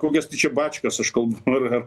kokias tai čia bačkas aš kalbu ar ar